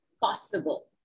possible